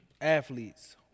Athletes